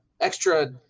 extra